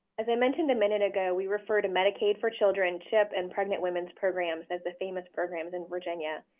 as i mentioned a minute ago, we refer to medicaid for children, chip, and pregnant women's programs as the famis programs in virginia,